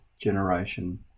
generation